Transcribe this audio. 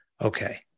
okay